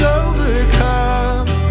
overcome